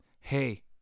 Hey